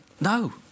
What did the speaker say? no